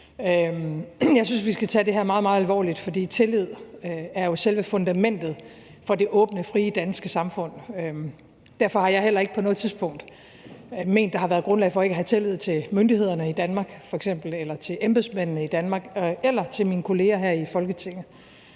Jeg synes, vi skal tage det her meget, meget alvorligt, for tillid er jo selve fundamentet for det åbne, frie danske samfund. Derfor har jeg heller ikke på noget tidspunkt ment, at der har været grundlag for ikke at have tillid til f.eks. myndighederne i Danmark eller til embedsmændene i Danmark eller til mine kolleger her i Folketinget.